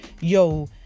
Yo